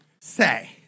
say